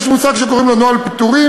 יש מושג שקוראים לו נוהל פיטורים,